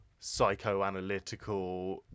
psychoanalytical